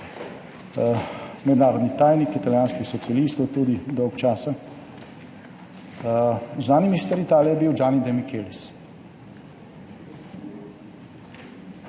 mednarodni tajnik italijanskih socialistov, zunanji minister Italije je bil Gianni De Michelis.